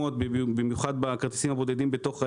במיוחד בכרטיסים הבודדים בתוך העיר,